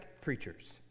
preachers